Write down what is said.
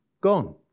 gone